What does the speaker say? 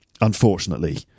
unfortunately